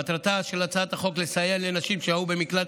מטרתה של הצעת החוק היא לסייע לנשים שהיו במקלט